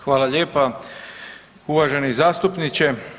Hvala lijepa uvaženi zastupniče.